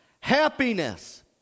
Happiness